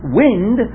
wind